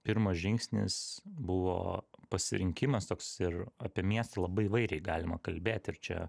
pirmas žingsnis buvo pasirinkimas toks ir apie miestą labai įvairiai galima kalbėt ir čia